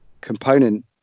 component